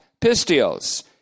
pistios